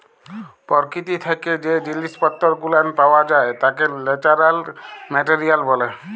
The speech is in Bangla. পরকীতি থাইকে জ্যে জিনিস পত্তর গুলান পাওয়া যাই ত্যাকে ন্যাচারাল মেটারিয়াল ব্যলে